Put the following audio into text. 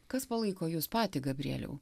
kas palaiko jus patį gabrieliau